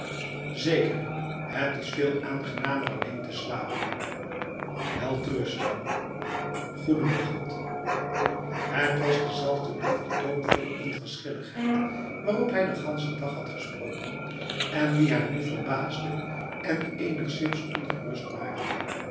zeker het is veel aangenamer alleen te slapenf welterusten goedenacht het was dezelfde doffe toon vol onverschilligheid waarop hij de ganse dag had gesproken en die haar nu verbaasde en enigszins ongerust maakte